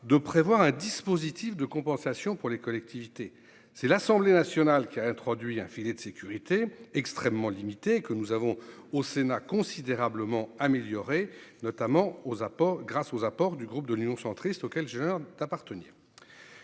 de prévoir un dispositif de compensation pour les collectivités, c'est l'Assemblée nationale qui a introduit un filet de sécurité extrêmement limitées que nous avons, au Sénat, considérablement améliorée notamment aux apports grâce aux apports du groupe de l'Union centriste au quel genre d'appartenir.